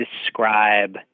Describe